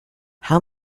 how